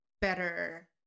better